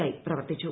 യായി പ്രവർത്തിച്ചു